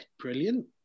brilliant